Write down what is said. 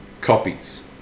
copies